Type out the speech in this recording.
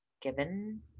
given